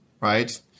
right